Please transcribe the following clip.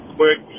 quick